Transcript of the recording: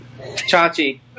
Chachi